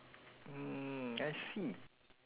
mm I see